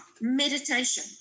meditation